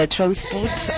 Transport